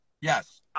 Yes